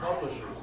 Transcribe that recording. Publishers